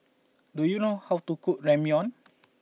do you know how to cook Ramyeon